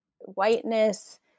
whiteness